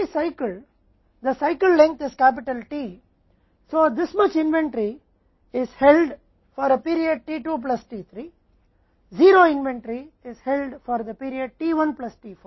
लेकिन हर चक्र में चक्र की लंबाई T है इसलिए इस सूची को एक अवधि के लिए रखा गया है t 2 plus t 3 0 इन्वेंट्री की अवधि t 1 plus t 4 के लिए रखी गई है